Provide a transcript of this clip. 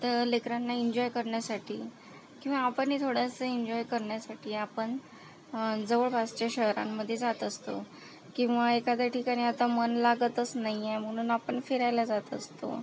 तर लेकरांना इन्जॉय करण्यासाठी किंवा आपणही थोडंसं इन्जॉय करण्यासाठी आपण जवळपासच्या शहरांमध्ये जात असतो किंवा एखाद्या ठिकाणी आता मन लागतच नाही आहे म्हणून आपण फिरायला जात असतो